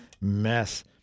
mess